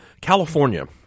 California